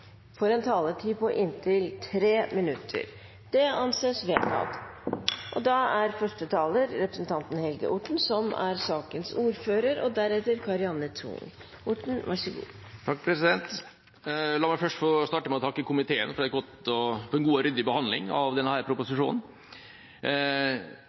får en taletid på inntil 3 minutter. – Det anses vedtatt. La meg få starte med å takke komiteen for en god og ryddig behandling av denne